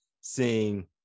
seeing